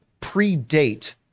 predate